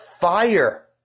fire